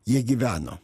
jie gyveno